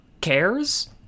cares